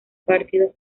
partidos